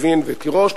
לוין ותירוש,